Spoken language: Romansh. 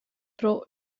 pro